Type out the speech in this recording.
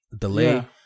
delay